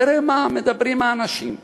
תראה מה מדברים האנשים.